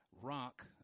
rock